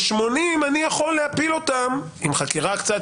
ל-80 אני יכול להפיל אותם עם חקירה קצת